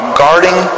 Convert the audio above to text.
guarding